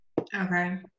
Okay